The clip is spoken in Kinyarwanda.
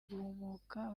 guhumuka